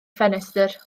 ffenestr